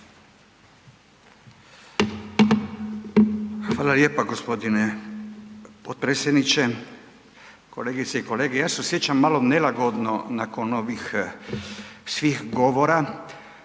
Hvala lijepo gospodine potpredsjedniče. Kolegice i kolege. Ja se osjećam malo nelagodno nakon ovih svih govora